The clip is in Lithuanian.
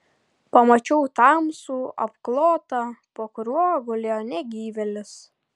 pamačiau tamsų apklotą po kuriuo gulėjo negyvėlis